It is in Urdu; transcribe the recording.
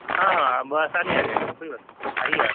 ہاں ہاں بآسانی آ جائے گا کوئی بات نہیں آئیے آپ